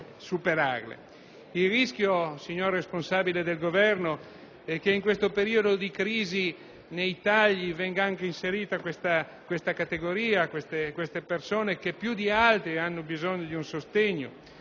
Il rischio, signor rappresentante del Governo, è che, in questo periodo di crisi, nei tagli venga anche inserita questa categoria di persone che più di altre ha bisogno di un sostegno.